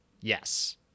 yes